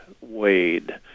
Wade